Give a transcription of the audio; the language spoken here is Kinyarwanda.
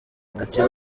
gatsibo